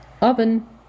oven